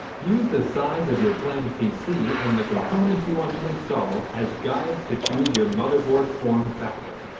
use the size of your planned pc and the components you want to install as guides to choose your motherboard form factor.